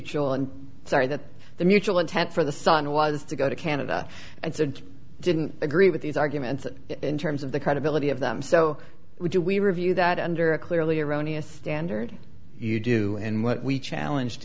and sorry that the mutual intent for the sun was to go to canada and sent didn't agree with these arguments in terms of the credibility of them so would you we review that under a clearly erroneous standard you do and what we challenged